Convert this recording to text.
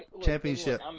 Championship